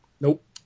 Nope